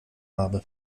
habe